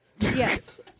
Yes